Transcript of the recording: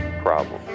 problem